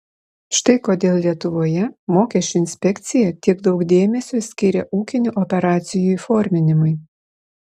štai kodėl lietuvoje mokesčių inspekcija tiek daug dėmesio skiria ūkinių operacijų įforminimui